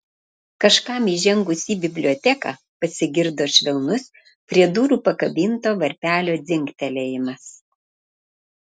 kažkam įžengus į biblioteką pasigirdo švelnus prie durų pakabinto varpelio dzingtelėjimas